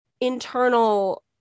internal